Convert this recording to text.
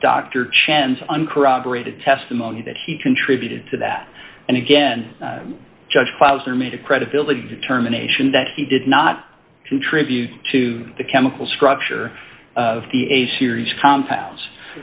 dr chen's uncorroborated testimony that he contributed to that and again judge files are made a credibility determination that he did not contribute to the chemical structure of the a series compounds